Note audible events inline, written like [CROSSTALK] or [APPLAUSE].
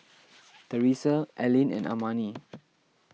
[NOISE] therese Allyn and Amani